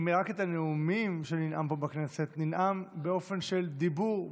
אם רק את הנאומים שננאם פה בכנסת ננאם באופן של דיבור,